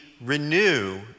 renew